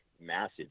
massive